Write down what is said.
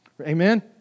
amen